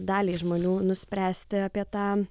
daliai žmonių nuspręsti apie tą